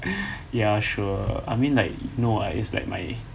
ya sure I mean like no ah it's like my